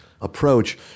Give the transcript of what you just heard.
approach